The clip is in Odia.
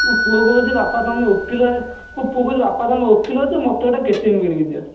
ମୋ ପୁଅ କହୁଛି ବାପା ତୁମେ ଓକିଲ ମୋ ପୁଅ କହୁଛି ବାପା ତୁମେ ଓକିଲ ହେଇଛ ମୋତେ ଗୋଟେ କେ ଟି ଏମ କିଣିକି ଦିଅ